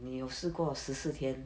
你有试过十四天